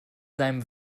seinem